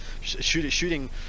Shooting